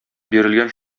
бирелгән